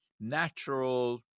natural